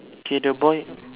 okay the boy